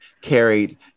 carried